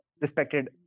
Respected